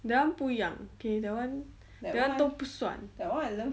that one 不一样 okay that one that one 都不算的